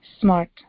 smart